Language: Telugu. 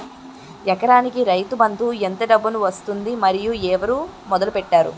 ఎకరానికి రైతు బందు ఎంత డబ్బులు ఇస్తుంది? మరియు ఎవరు మొదల పెట్టారు?